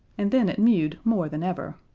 and then it mewed more than ever.